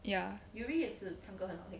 ya